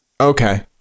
Okay